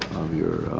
of your